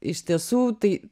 iš tiesų tai